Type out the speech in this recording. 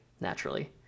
naturally